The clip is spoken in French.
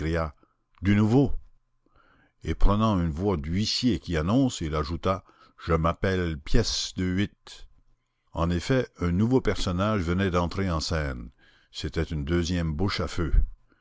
du nouveau et prenant une voix d'huissier qui annonce il ajouta je m'appelle pièce de huit en effet un nouveau personnage venait d'entrer en scène c'était une deuxième bouche à feu